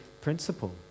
principle